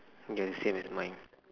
oh ya the same as mine